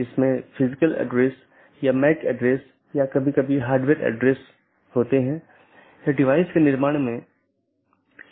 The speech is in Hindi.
यहाँ दो प्रकार के पड़ोसी हो सकते हैं एक ऑटॉनमस सिस्टमों के भीतर के पड़ोसी और दूसरा ऑटॉनमस सिस्टमों के पड़ोसी